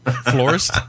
Florist